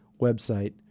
website